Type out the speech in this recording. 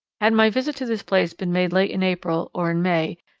had my visit to this place been made late in april, or in may,